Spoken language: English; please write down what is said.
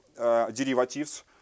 Derivatives